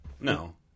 No